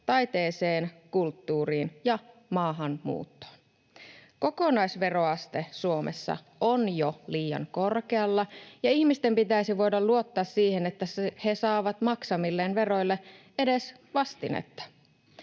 taiteeseen, kulttuuriin ja maahanmuuttoon. Kokonaisveroaste Suomessa on jo liian korkealla, ja ihmisten pitäisi voida luottaa siihen, että he saavat maksamilleen veroille edes vastinetta